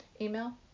email